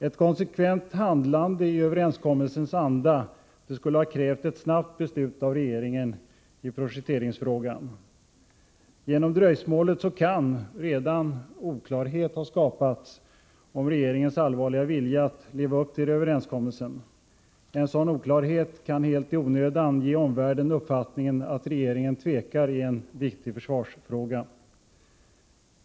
Ett konsekvent handlande i överenskommelsens anda skulle ha krävt ett snabbt beslut av regeringen i projekteringsfrågan. Genom dröjsmålet kan oklarhet redan ha skapats om regeringens allvarliga vilja att leva upp till överenskommelsen. En sådan oklarhet kan helt i onödan ge omvärlden uppfattningen att regeringen tvekar i en viktig försvarsfråga.